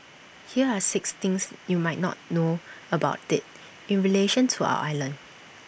here are six things you might not know about IT in relation to our island